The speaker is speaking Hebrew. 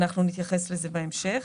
נתייחס לזה בהמשך.